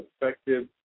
effective